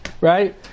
right